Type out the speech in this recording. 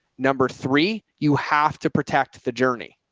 number three, you have to protect the journey.